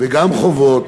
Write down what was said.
וגם חובות,